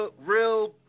Real